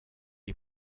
est